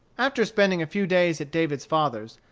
after spending a few days at david's father's,